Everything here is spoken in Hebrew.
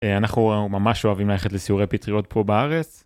אנחנו ממש אוהבים ללכת לסיורי פטריות פה בארץ.